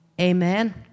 Amen